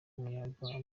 umuryango